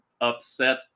upset